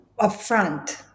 upfront